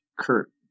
Kurt